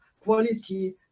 quality